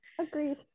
Agreed